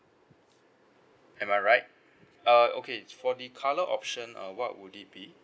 am I right uh okay for the colour option uh what would it be